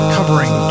Covering